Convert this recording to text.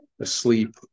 asleep